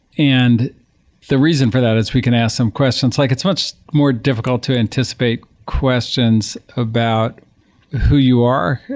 and the reason for that is we can ask some questions. like it's much more difficult to anticipate questions about who you are,